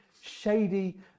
shady